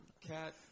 Cat